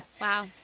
Wow